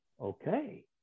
okay